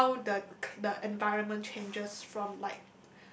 how the the environment changes from like